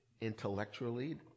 intellectually